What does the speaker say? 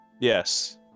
yes